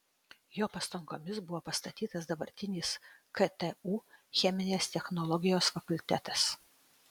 jo pastangomis buvo pastatytas dabartinis ktu cheminės technologijos fakultetas